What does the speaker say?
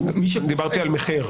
אני דיברתי על מחיר.